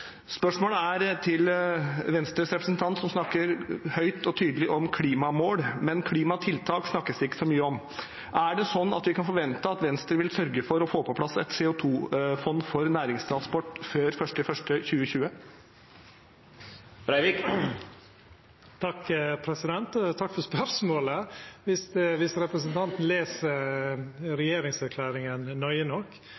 Spørsmålet er, til Venstres representant, som snakker høyt og tydelig om klimamål – men klimatiltak snakkes det ikke så mye om: Kan vi forvente at Venstre vil sørge for å få på plass et CO2-fond for næringstransport før 1. januar 2020? Takk for spørsmålet. Viss representanten